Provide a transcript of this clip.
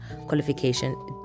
qualification